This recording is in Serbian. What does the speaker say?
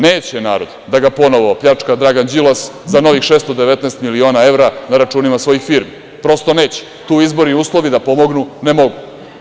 Neće narod da ga ponovo pljačka Dragan Đilas za novih 619 miliona evra na računima svojih firmi, prosto neće, tu izborni uslovi da pomognu ne mogu.